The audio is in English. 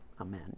Amen